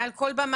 מעל כל במה,